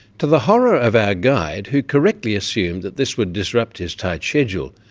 to the horror of our guide, who correctly assumed that this would disrupt his tight schedule,